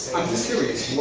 i'm just curious,